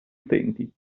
utenti